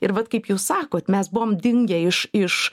ir vat kaip jūs sakot mes buvom dingę iš iš